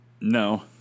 no